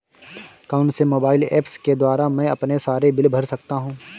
कौनसे mobile apps के द्वारा मैं अपने सारे बिल भर सकता हूं?